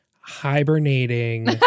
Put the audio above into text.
hibernating